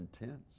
intense